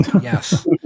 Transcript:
yes